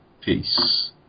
Peace